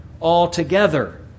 altogether